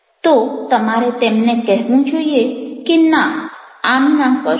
તો તમારે તેમને કહેવું જોઈએ કે ના આમ ના કરશો